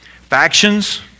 Factions